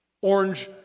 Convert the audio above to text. orange